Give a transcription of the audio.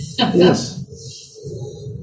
Yes